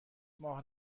ماه